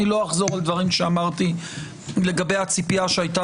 אני לא אחזור על דברים שאמרתי לגבי הציפייה שהייתה